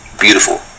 beautiful